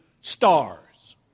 stars